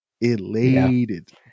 elated